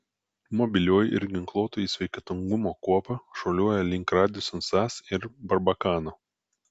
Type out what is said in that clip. mobilioji ir ginkluotoji sveikatingumo kuopa šuoliuoja link radisson sas ir barbakano